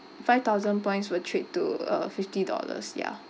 five thousand points will trade to uh fifty dollars ya